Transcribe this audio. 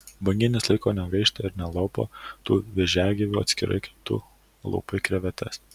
banginis laiko negaišta ir nelaupo tų vėžiagyvių atskirai kaip tu laupai krevetes